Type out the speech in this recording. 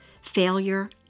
failure